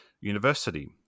University